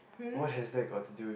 um